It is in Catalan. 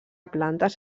plantes